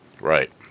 Right